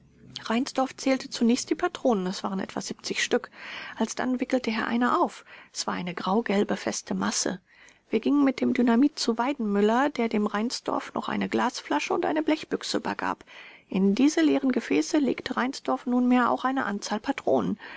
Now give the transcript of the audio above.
reinsdorf zählte zunächst die patronen es waren etwa stück alsdann wickelte er eine auf es war eine graugelbe feste masse wir gingen mit dem dynamit zu weidenmüller der dem reinsdorf noch eine glasflasche und eine blechbüchse übergab in diese leeren gefäße legte reinsdorf nunmehr auch eine anzahl patronen